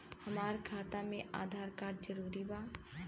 हमार खाता में आधार कार्ड जरूरी बा?